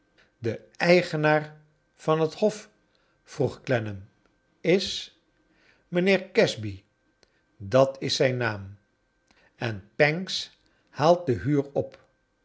de eigenaar van het hof vroeg clennam is mijnheer casby dat is zijn naam en pancks haalt de huur op